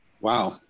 Wow